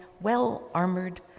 well-armored